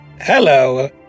Hello